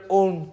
own